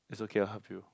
it's okay I will help you